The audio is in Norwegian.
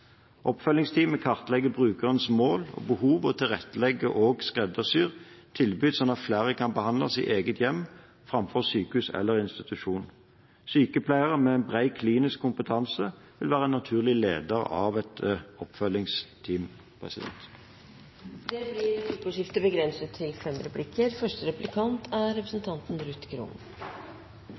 brukerens mål og behov og tilrettelegger og skreddersyr et tilbud, slik at flere kan behandles i eget hjem framfor i sykehus eller institusjon. Sykepleier med bred klinisk kompetanse vil være en naturlig leder av et oppfølgingsteam. Det blir replikkordskifte. Når vi reiser rundt i Kommune-Norge, opplever vi at det er